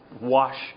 wash